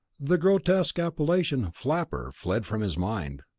the grotesque appellation flapper fled from his mind.